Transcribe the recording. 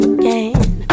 again